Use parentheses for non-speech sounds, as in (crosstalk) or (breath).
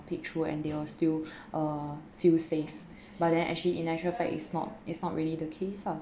pick through and they will still (breath) uh feel safe but then actually in actual fact it's not it's not really the case ah